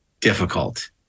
difficult